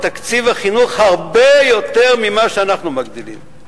תקציב החינוך הרבה יותר ממה שאנחנו מגדילים.